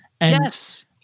Yes